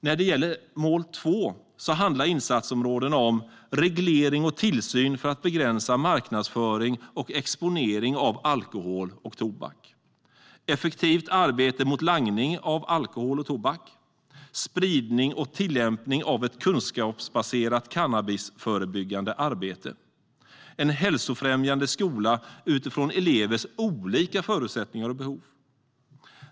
När det gäller mål 2 handlar insatsområdena om reglering och tillsyn för att begränsa marknadsföring och exponering av alkohol och tobak. Det handlar om ett effektivt arbete mot langning av alkohol och tobak, om spridning och tillämpning av ett kunskapsbaserat cannabisförebyggande arbete och om en hälsofrämjande skola utifrån elevers olika förutsättningar och behov.